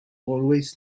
always